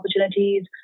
opportunities